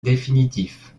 définitif